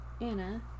Anna